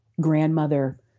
grandmother